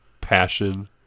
passion